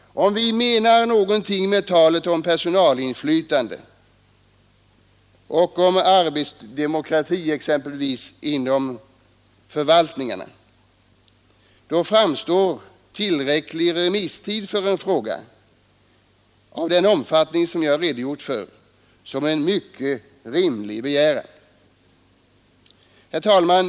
Om vi menar någonting med talet om personalinflytande och arbetsdemokrati inom förvaltningarna, framstår tillräcklig remisstid för en fråga med den omfattning som jag redogjort för som en mycket rimlig begäran. Herr talman!